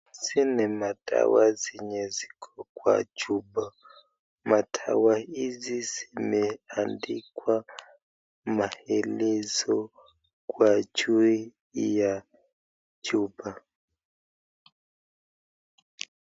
Hizi ni madawa zenye ziko kwa chupa, madawa hizi zimeandikwa maelezo kwa juu ya chupa.